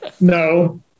no